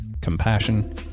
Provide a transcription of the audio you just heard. compassion